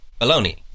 baloney